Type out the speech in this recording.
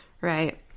right